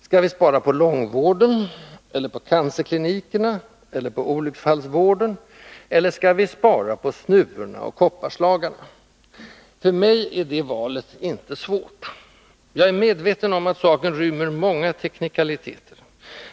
Skall vi spara på långvården eller på cancerklinikerna eller på olycksfallsvården — eller skall vi spara på snuvorna och kopparslagarna? För mig är valet inte svårt. Jag är medveten om att saken rymmer många teknikaliteter.